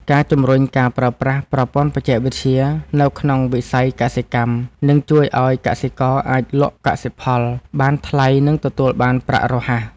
ការជំរុញការប្រើប្រាស់ប្រព័ន្ធបច្ចេកវិទ្យានៅក្នុងវិស័យកសិកម្មនឹងជួយឱ្យកសិករអាចលក់កសិផលបានថ្លៃនិងទទួលបានប្រាក់រហ័ស។